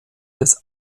des